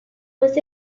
was